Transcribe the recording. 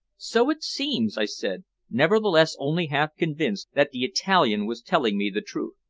so it seems, i said, nevertheless only half convinced that the italian was telling me the truth.